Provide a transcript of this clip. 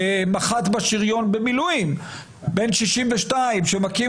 מח"ט בשריון במילואים בן 62 שמכים